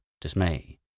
dismay